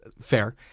Fair